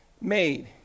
made